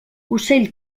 ocell